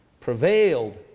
prevailed